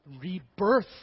rebirth